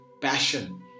passion